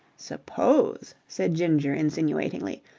suppose, said ginger insinuatingly,